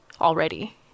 already